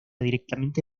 directamente